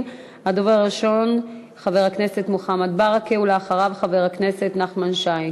רבה, חבר הכנסת הנגבי.